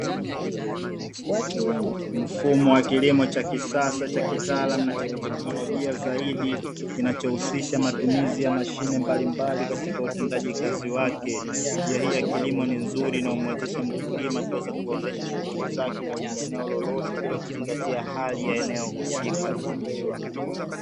Mfumo wa kilimo cha kisasa cha kitaalam na cha kiteknolojia zaidi kinachohusisha matumizi ya mashine mbalimbali katika utendaji kazi wake njia hii ya kilimo ni nzuri na umwezeshe mkulima kuweza kuendesha shughuli zake katika eneo lolote bila kuzingatia hali ya eneo husika.